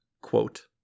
quote